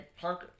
punk